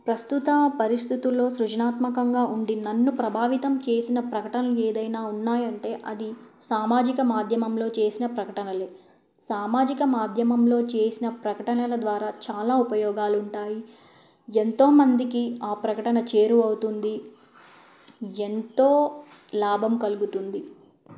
ప్రస్తుత పరిస్థితులలో సృజనాత్మకంగా ఉండి నన్ను ప్రభావితం చేసిన ప్రకటనలు ఏదైనా ఉన్నాయంటే అది సామాజిక మాధ్యమంలో చేసిన ప్రకటనలే సామాజిక మాధ్యమంలో చేసిన ప్రకటనల ద్వారా చాలా ఉపయోగాలు ఉంటాయి ఎంతోమందికి ఆ ప్రకటన చేరువ అవుతుంది ఎంతో లాభం కలుగుతుంది